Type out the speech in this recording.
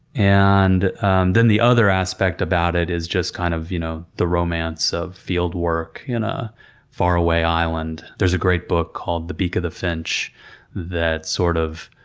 and then the other aspect about it is just, kind of, you know the romance of field work in a faraway island. there's a great book called the beak of the finch that, sort of,